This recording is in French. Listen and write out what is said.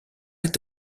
est